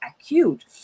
acute